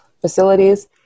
facilities